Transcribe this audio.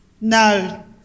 No